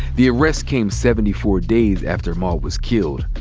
the arrest came seventy four days after ahmaud was killed.